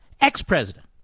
Ex-president